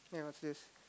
yea of this